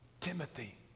Timothy